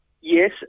Yes